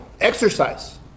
exercise